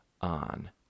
on